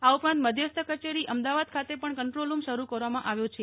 આ ઉપરાંત મધ્યસ્થ કચેરી અમદાવાદ ખાતે પણ કંટ્રોલ રૂમ શરૂ કરવામાં આવ્યો છે